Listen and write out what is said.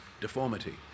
deformity